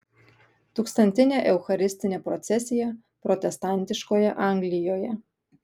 tūkstantinė eucharistinė procesija protestantiškoje anglijoje